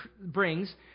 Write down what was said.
brings